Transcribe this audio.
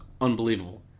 unbelievable